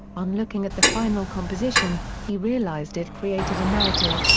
on looking at the final composition, he realized it created a narrative,